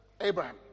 Abraham